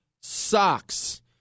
socks